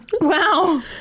Wow